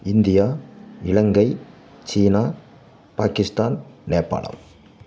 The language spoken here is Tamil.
இந்தியா இலங்கை சீனா பாகிஸ்தான் நேபாளம்